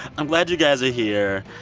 i'm glad you guys are here.